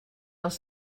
els